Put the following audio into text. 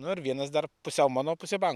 nu ir vienas dar pusiau mano pusė banko